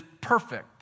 perfect